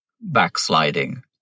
backsliding